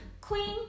Queen